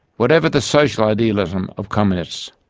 whatever the social idealism of communists,